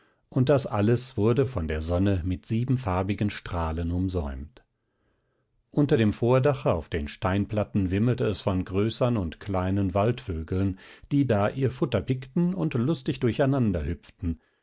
und das alles wurde von der sonne mit siebenfarbigen strahlen umsäumt unter dem vordache auf den steinplatten wimmelte es von größern und kleinen waldvögeln die da ihr futter pickten und lustig